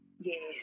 Yes